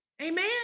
Amen